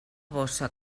bossa